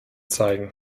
zeigen